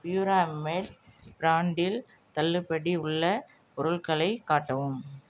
பியூராமேட் ப்ராண்ட்டில் தள்ளுபடி உள்ள பொருட்களைக் காட்டவும்